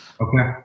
Okay